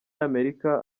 amerika